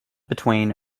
between